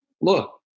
look